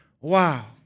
Wow